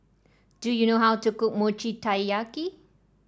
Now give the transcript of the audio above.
do you know how to cook Mochi Taiyaki